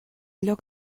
lloc